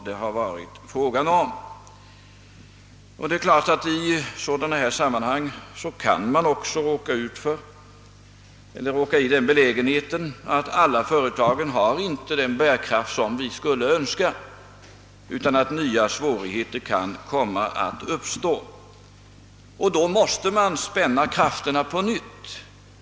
Det är klart att man i sådana sammanhang kan råka i den belägenheten, att inte alla företag har den bärkraft som vi skulle önska utan att nya svårigheter uppstår. Då måste man spänna krafterna på nytt.